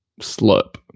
slope